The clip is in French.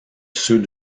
ceux